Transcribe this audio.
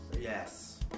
Yes